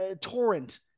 torrent